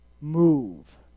move